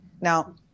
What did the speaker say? Now